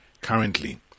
currently